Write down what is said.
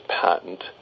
patent